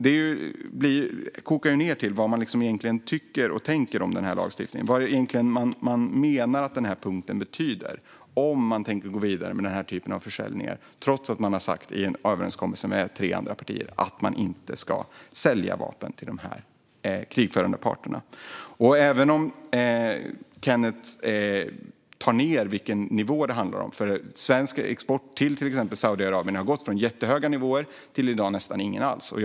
Detta kokar ned till vad man egentligen tycker och tänker om denna lagstiftning och vad man menar att punkten betyder och om man tänker gå vidare med denna typ av försäljningar trots att man har sagt i en överenskommelse med tre andra partier att man inte ska sälja vapen till de krigförande parterna. Kenneth tar ned vilken nivå det handlar om, för svensk export till exempelvis Saudiarabien har gått från jättehöga nivåer till nästan ingen export alls i dag.